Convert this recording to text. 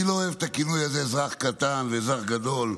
אני לא אוהב את הכינוי הזה "אזרח קטן" ו"אזרח גדול"